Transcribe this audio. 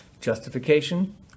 Justification